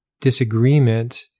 disagreement